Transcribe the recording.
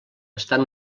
estan